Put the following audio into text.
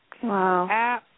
Wow